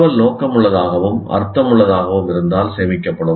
தகவல் நோக்கமுள்ளதாகவும் அர்த்தமுள்ளதாகவும் இருந்தால் சேமிக்கப்படும்